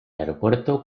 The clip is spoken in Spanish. aeropuerto